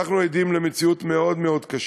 אנחנו עדים למציאות מאוד מאוד קשה.